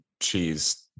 cheese